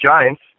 Giants